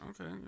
okay